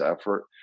effort